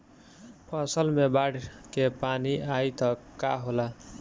फसल मे बाढ़ के पानी आई त का होला?